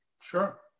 Sure